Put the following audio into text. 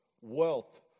wealth